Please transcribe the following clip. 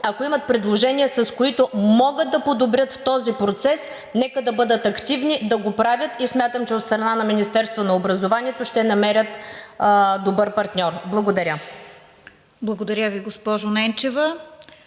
ако имат предложения, с които могат да подобрят този процес – нека да бъдат активни, да го правят. Смятам, че от страна на Министерството на образованието ще намерят добър партньор. Благодаря. ПРЕДСЕДАТЕЛ РОСИЦА КИРОВА: